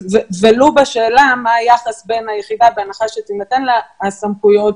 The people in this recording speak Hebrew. ולו בשאלה מה היחס בין היחידה בהנחה שיינתנו לה הסמכויות